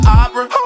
opera